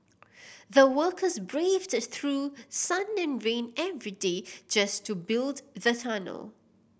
the workers braved through sun and rain every day just to build the tunnel